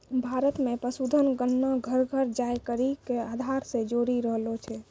भारत मे पशुधन गणना घर घर जाय करि के आधार से जोरी रहलो छै